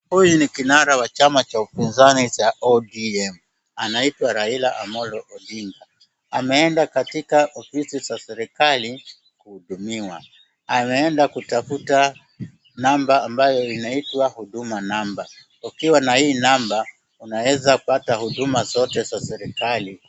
Huyu ni kinara wa chama cha upinzani cha ODM anaitwa Raila Amolo Odinga. Ameenda katika ofisi za serikali kuhudumiwa. Ameenda kutafuta namba ambayo inaitwa Huduma namba. Ukiwa na hii Namba unaeza pata huduma zote za serikali.